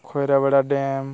Khoirabera dam